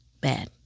bad